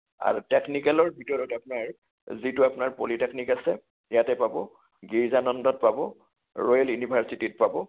আৰু টেকনিকেলৰ ভিতৰত আপোনাৰ যিটো আপোনাৰ পলিটেকনিক আছে ইয়াতে পাব গিৰিজানন্দত পাব ৰয়েল ইউনিভাৰ্চিটিত পাব